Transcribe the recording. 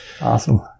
Awesome